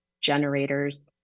generators